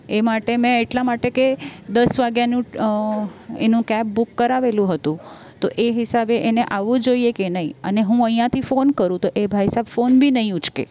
એ માટે મેં એટલા માટે કે દસ વાગ્યાનું એનું કેબ બુક કરાવેલું હતું તો એ હિસાબે એને આવવું જોઈએ કે નહીં અને હું અહીંયાથી ફોન કરું તો એ ભાઈસાબ ફોન બી નહીં ઉચકે